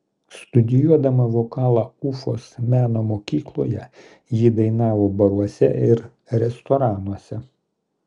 studijuodama vokalą ufos meno mokykloje ji dainavo baruose ir restoranuose